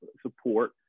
support